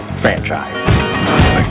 Franchise